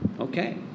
Okay